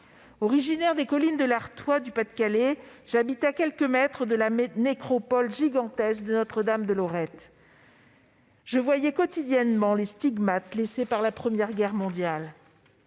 Originaire des collines de l'Artois, dans le Pas-de-Calais, j'habitais à quelques mètres de la gigantesque nécropole nationale de Notre-Dame-de-Lorette. Je voyais quotidiennement les stigmates laissés par la Première Guerre mondiale.